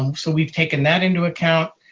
um so we've taken that into account.